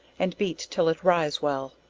and beat till it rise well.